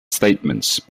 statements